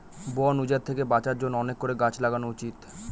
বন উজাড় থেকে বাঁচার জন্য অনেক করে গাছ লাগানো উচিত